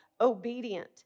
obedient